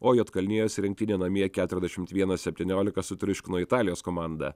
o juodkalnijos rinktinė namie keturiasdešimt vienas septyniolika sutriuškino italijos komandą